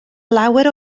lawer